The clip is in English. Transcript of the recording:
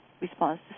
response